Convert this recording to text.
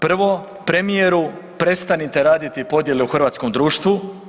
Prvo, premijeru prestanite raditi podjele u hrvatskom društvu.